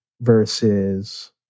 versus